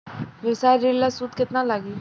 व्यवसाय ऋण ला सूद केतना लागी?